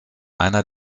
einer